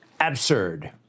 absurd